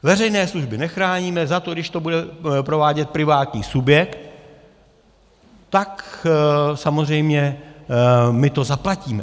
Veřejné služby nechráníme, zato když to bude provádět privátní subjekt, samozřejmě to zaplatíme.